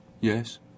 Yes